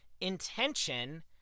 Intention